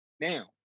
Now